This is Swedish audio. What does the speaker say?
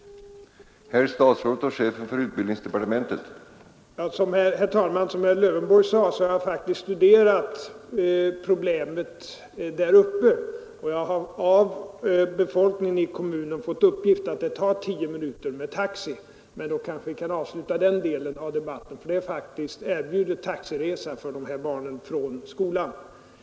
Torsdagen den